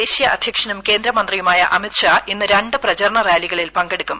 ദേശീയ അധ്യക്ഷനും കേന്ദ്രമന്ത്രിയുമായ അമിത്ഷാ ഇന്ന് രണ്ട് പ്രചാരണ റാലികളിൽ പങ്കെടുക്കും